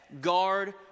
guard